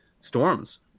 storms